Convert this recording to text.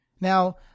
Now